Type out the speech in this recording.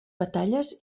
batalles